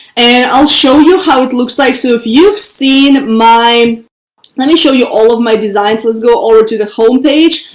and i'll show you how it looks like so if you've seen my let me show you all of my designs. let's go over to the home page.